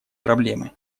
проблемы